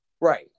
Right